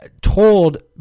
told